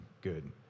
good